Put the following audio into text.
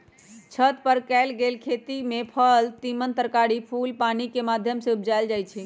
छत पर कएल गेल खेती में फल तिमण तरकारी फूल पानिकेँ माध्यम से उपजायल जाइ छइ